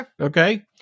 okay